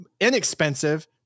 inexpensive